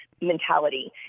mentality